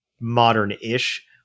modern-ish